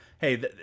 hey